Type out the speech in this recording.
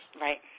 Right